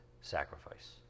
sacrifice